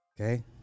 Okay